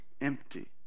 empty